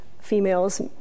females